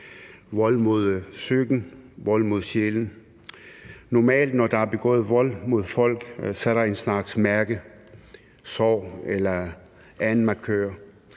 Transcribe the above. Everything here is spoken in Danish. vold mod psyken, vold mod sjælen. Normalt, når der er begået vold mod folk, er der en slags mærke – sorg eller en anden markør.